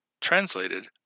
Translated